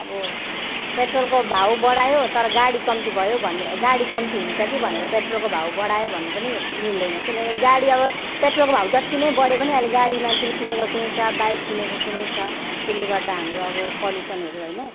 अब पेट्रोलको भाउ बढायो तर गाडी कम्ती भयो भन्ने गाडी कम्ती हुन्छ कि भनेर पेट्रोलको भाउ बढायो भन्नु पनि मिल्दैन किन गाडी अब पेट्रोलको भाउ जति नै बढे पनि अहिले गाडी मान्छेले किनेको किनेकै छ बाइक किनेको किनेकै छ त्यसले गर्दा हाम्रो अब पल्युसनहरू होइन